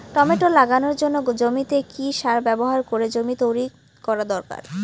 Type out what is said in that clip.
Tomato লাগানোর জন্য জমিতে কি সার ব্যবহার করে জমি তৈরি করা দরকার?